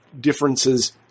differences